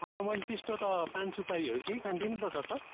अन्त मैले त्यस्तो त पान सुपारीहरू केही खान्थिनँ त डाक्टर